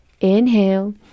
inhale